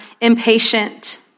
impatient